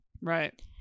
Right